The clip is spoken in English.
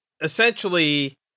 essentially